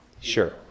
Sure